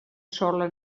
sola